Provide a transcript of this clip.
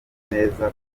neza